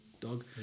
dog